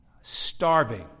starving